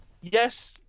yes